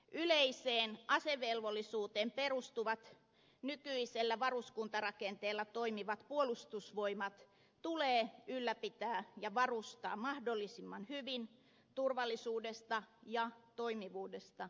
yleiseen asevelvollisuuteen perustuvat nykyisellä varuskuntarakenteella toimivat puolustusvoimat tulee ylläpitää ja varustaa mahdollisimman hyvin turvallisuudesta ja toimivuudesta tinkimättä